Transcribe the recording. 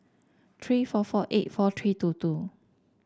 three four four eight four three two two